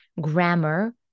grammar